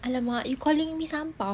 !alamak! you calling me sampah